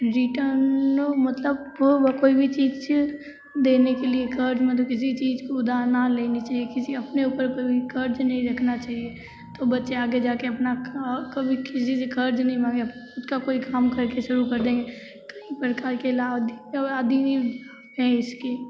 return मतलब कोई भी चीज़ देने के लिए क़र्ज़ मतलब किसी चीज़ को उधर ना लेने चाहिए किसी अपने ऊपर कोई ही क़र्ज़ नहीं रखना चाहिए तो बच्चे आगे जाकर अपना क कभी किसी से क़र्ज़ नहीं मांगें ख़ुद का कोई काम करके शुरू कर देंगे कई प्रकार के ला आदि हैं इसके